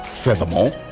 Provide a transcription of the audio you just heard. Furthermore